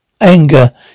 anger